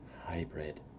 Hybrid